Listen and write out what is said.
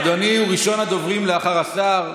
אדוני הוא ראשון הדוברים לאחר השר.